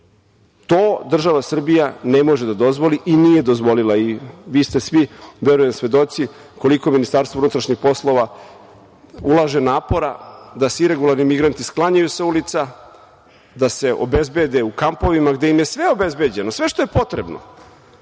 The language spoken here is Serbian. To država Srbija ne može da dozvoli i nije dozvolila i vi ste svi, verujem, svedoci koliko MUP ulaže napora da se iregularni migranti sklanjaju sa ulica, da se obezbede u kampovima, gde im je sve obezbeđeno, sve što je potrebno,